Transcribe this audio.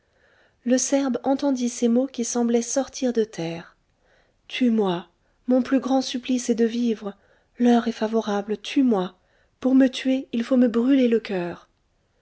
le serbe entendit ces mots qui semblaient sortir de terre tue-moi mon plus grand supplice est de vivre l'heure est favorable tue-moi pour me tuer il faut me brûler le coeur